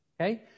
okay